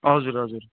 हजुर हजुर